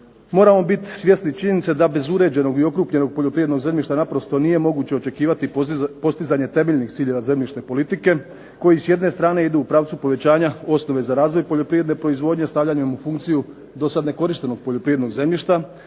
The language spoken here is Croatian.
moramo bit svjesni činjenice da bez uređenog i okrupnjenog poljoprivrednog zemljišta naprosto nije moguće očekivati postizanje temeljnih ciljeva zemljišne politike koji s jedne strane idu u pravcu povećanja osnove za razvoj poljoprivredne proizvodnje stavljanjem u funkciju dosad nekorištenog poljoprivrednog zemljišta,